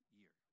year